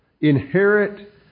inherit